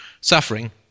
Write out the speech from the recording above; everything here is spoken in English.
suffering